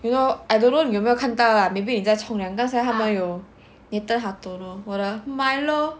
you know I don't know 你有没有看到 lah maybe 你在冲凉刚才他们有 nathan hartono 我的 milo